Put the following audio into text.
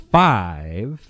five